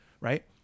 right